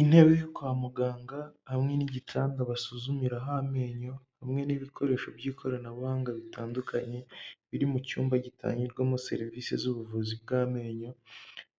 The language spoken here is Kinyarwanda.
Intebe yo kwa muganga hamwe n'igitanda basuzumiraho amenyo hamwe n'ibikoresho by'ikoranabuhanga bitandukanye biri mu cyumba gitangirwamo serivisi z'ubuvuzi bw'amenyo,